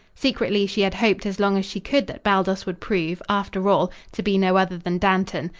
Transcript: secretly she had hoped as long as she could that baldos would prove, after all, to be no other than dantan.